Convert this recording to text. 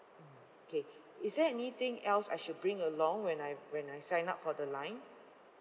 K is there anything else I should bring along when I when I sign up for the line